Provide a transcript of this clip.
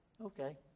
okay